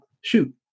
Shoot